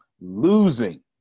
Losing